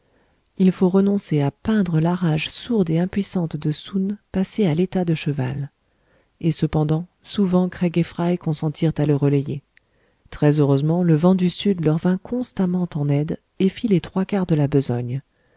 il faut renoncer à peindre la rage sourde et impuissante de soun passé à l'état de cheval et cependant souvent craig et fry consentirent à le relayer très heureusement le vent du sud leur vint constamment en aide et fit les trois quarts de la besogne